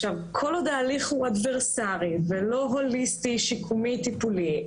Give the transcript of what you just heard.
כל עוד ההליך הוא אדברסרי ולא הוליסטי שיקומי טיפולי,